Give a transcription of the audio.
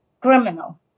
criminal